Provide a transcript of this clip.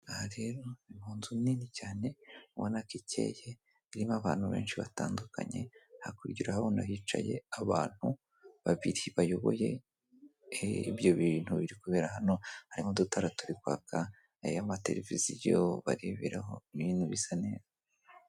Aha rero ni mu nzu nini cyane urabona ko icyeye, irimo abantu benshi batandukanye, hakurya urahabona hicaye abantu babiri bayoboye ibyo bintu biri kubera hano. Harimo udutara turi kwaka, hari yo amatereviziyo bareberaho ibintu bisa neza.